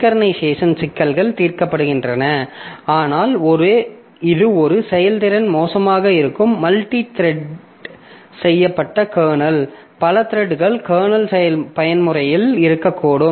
synchronisation சிக்கல்கள் தீர்க்கப்படுகின்றன ஆனால் இது ஒரு செயல்திறன் மோசமாக இருக்கும் மல்டித்ரெட் செய்யப்பட்ட கர்னல் பல த்ரெட்கள் கர்னல் பயன்முறையில் இருக்கக்கூடும்